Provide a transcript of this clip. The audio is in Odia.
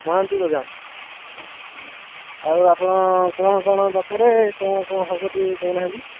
ମହାନ୍ତି ଗୋଦାମ ହଁ ଆଉ ଆପଣ କ'ଣ କ'ଣ ଦରକାରେ କ'ଣ କ'ଣ ହେବ ଟିକେ କହୁନାହାନ୍ତି